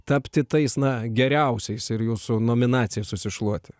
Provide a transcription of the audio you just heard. tapti tais na geriausiais ir jūsų nominaciją susišluoti